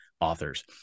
authors